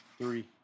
three